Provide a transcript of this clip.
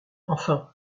enfin